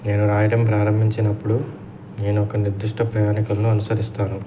నేను రాయడం ప్రారంభించినప్పుడు నేను ఒక నిర్దిష్ట ప్రయాణికులను అనుసరిస్తాను